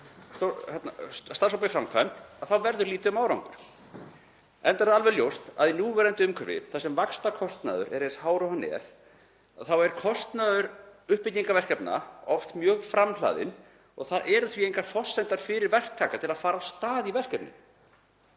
í framkvæmd verður lítið um árangur. Það er alveg ljóst að í núverandi umhverfi, þar sem vaxtakostnaður er eins hár og hann er, er kostnaður uppbyggingarverkefna oft mjög framhlaðinn. Það eru því engar forsendur fyrir verktaka til að fara af stað í verkefnin.